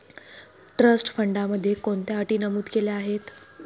Trust फंडामध्ये कोणत्या अटी नमूद केल्या आहेत?